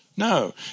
No